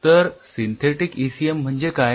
तर synthetic ECM म्हणजे काय